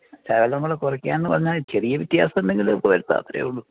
ശകലം കൂടെ കുറയ്ക്കാമെന്ന് പറഞ്ഞാൽ ചെറിയ വ്യത്യാസങ്ങൾ എന്തെങ്കിലുമൊക്കെ വരുത്താം അത്രയെ ഉള്ളു